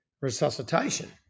resuscitation